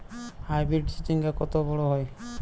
Hybrid চিচিংঙ্গা কত বড় হয়?